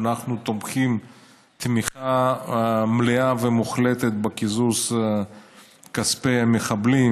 ואנחנו תומכים תמיכה מלאה ומוחלטת בקיזוז כספי המחבלים,